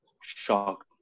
shocked